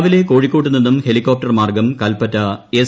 രാവിലെ കോഴിക്കോട് നിന്നും ഹെലികോപ്ടർ മാർഗ്ഗം കൽപ്പറ്റ എസ്